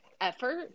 effort